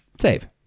save